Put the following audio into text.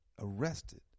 arrested